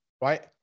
right